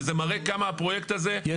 וזה מראה כמה הפרויקט הזה הוא חברתי כל כך.